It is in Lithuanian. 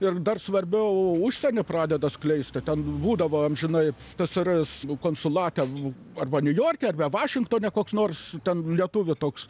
ir dar svarbiau užsieny pradeda skleisti ten būdavo amžinai tsrs konsulate arba niujorke arba vašingtone koks nors ten lietuvių toks